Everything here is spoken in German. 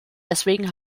deswegen